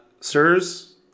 Sirs